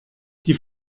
die